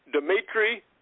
Dmitry